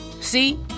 See